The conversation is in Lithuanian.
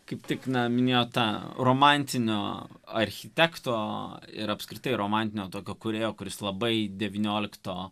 kaip tik minėjo tą romantinio architekto ir apskritai romantinio tokio kūrėjo kuris labai devyniolikto